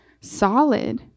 solid